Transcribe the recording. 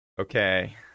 Okay